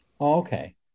Okay